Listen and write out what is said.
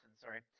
sorry